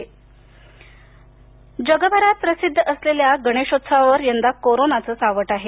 रंगारी जगभरात प्रसिद्ध असलेल्या गणेशोत्सवावर यंदा कोरोनाचं सावट आहे